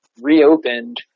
reopened